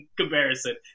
comparison